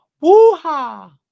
Woo-ha